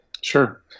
sure